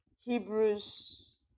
Hebrews